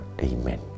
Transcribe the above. amen